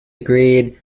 agreed